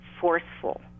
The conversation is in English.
forceful